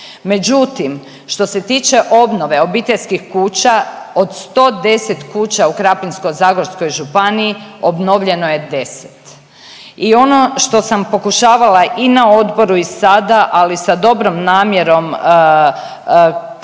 Međutim, što se tiče obnove obiteljskih kuća od 110 kuća u Krapinsko-zagorskoj županiji obnovljeno je deset. I ono što sam pokušavala i ona odboru i sada, ali sa dobrom namjerom